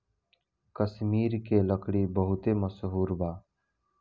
कश्मीर के लकड़ी बहुते मसहूर बा